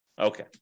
Okay